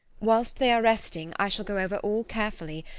whilst they are resting, i shall go over all carefully,